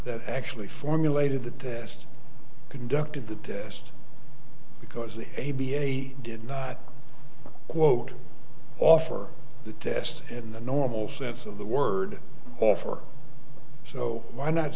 that actually formulated the test conducted the test because the a b a did not quote offer the test in the normal sense of the word offer so why not